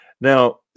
now